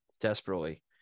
desperately